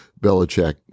Belichick